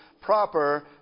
proper